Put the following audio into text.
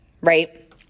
right